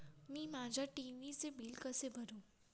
मी माझ्या टी.व्ही चे बिल कसे भरू?